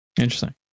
Interesting